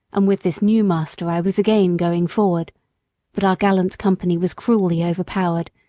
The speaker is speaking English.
and with this new master i was again going forward but our gallant company was cruelly overpowered,